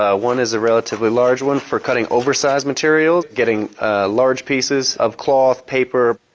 ah one is a relatively large one for cutting oversized materials, getting large pieces of cloth, paper,